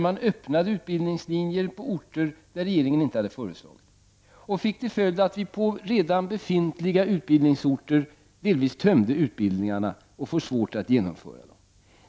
Man öppnade utbildningslinjer på orter där regeringen inte hade föreslagit det. Det fick till följd att vi delvis tömde utbildningarna på redan befintliga utbildningsorter och fick svårt att genomföra dem.